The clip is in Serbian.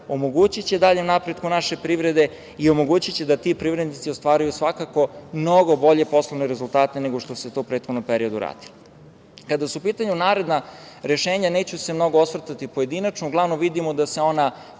omogućiće dalji napredak naše privrede i omogućiće da ti privrednici ostvaruju mnogo bolje poslovne rezultate nešto što se to radilo u prethodnom periodu. Kada su u pitanju naredne rešenja, neću se mnogo osvrtati pojedinačno, ali uglavnom vidimo da se ona